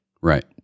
Right